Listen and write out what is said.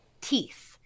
teeth